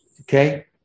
Okay